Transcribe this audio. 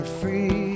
free